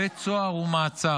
בית סוהר ומעצר,